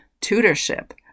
tutorship